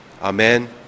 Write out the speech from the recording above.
Amen